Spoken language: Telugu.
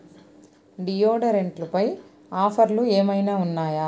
డియోడరెంట్లపై ఆఫర్లు ఏమైనా ఉన్నాయా